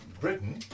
Britain